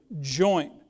joint